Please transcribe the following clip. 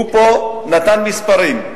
הוא פה נתן מספרים.